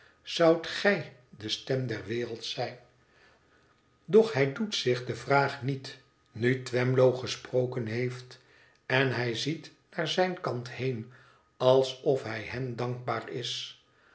zoudt gij de stem der wereld zijn doch hij doet zich de vraag niet nu twemlow gesproken heeft en hij ziet naar zijn kant heen alsof hij hem dankbaar is